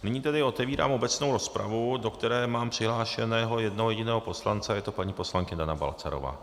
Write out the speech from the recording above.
Nyní tedy otevírám obecnou rozpravu, do které mám přihlášeného jednoho jediného poslance a je to paní poslankyně Dana Balcarová.